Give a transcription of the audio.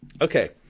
okay